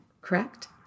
correct